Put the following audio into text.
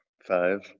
Five